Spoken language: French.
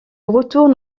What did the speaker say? retourne